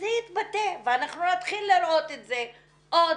וזה יתבטא ואנחנו נתחיל לראות את זה עוד,